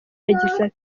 yagize